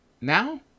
now